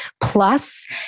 plus